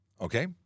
Okay